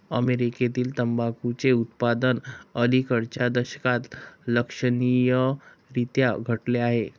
अमेरीकेतील तंबाखूचे उत्पादन अलिकडच्या दशकात लक्षणीयरीत्या घटले आहे